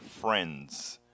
friends